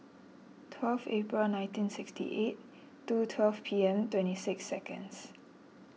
twelve April nineteen sixty eight two twelve P M to seconds